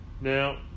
Now